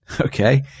okay